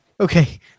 Okay